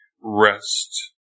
rest